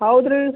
ಹೌದ್ರೀ